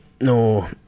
no